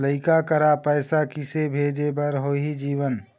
लइका करा पैसा किसे भेजे बार होही जीवन